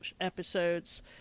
episodes